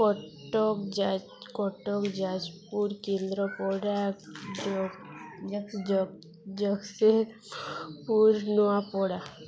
କଟକ ଜ କଟକ ଯାଜପୁର କେନ୍ଦ୍ରପଡ଼ା ଜଗତ୍ସିଂହପୁର ନୂଆପଡ଼ା